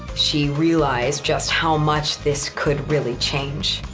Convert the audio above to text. she realized just how much this could really change,